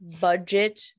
budget